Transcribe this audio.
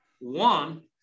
one